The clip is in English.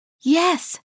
Yes